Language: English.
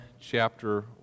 chapter